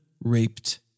raped